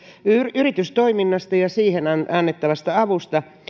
yritystoiminnasta ja siihen annettavasta avusta